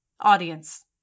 audience